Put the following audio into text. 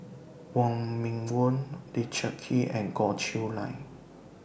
Wong Meng Voon Richard Kee and Goh Chiew Lye